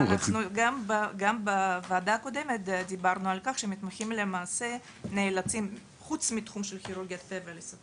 גם בוועדה הקודמת דיברנו על כך שחוץ מאשר בתחום של פה ולסת